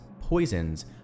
poisons